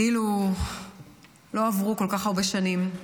כאילו לא עברו כל כך הרבה שנים.